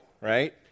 right